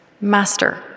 Master